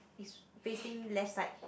is facing left side